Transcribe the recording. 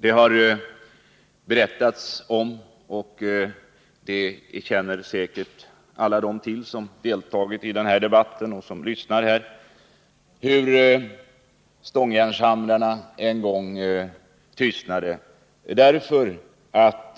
Alla som deltagit i och lyssnat till den här debatten har liksom jag säkert hört berättas hur det var när stångjärnshamrarna en gång tystnade därför att